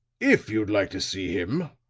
if you'd like to see him,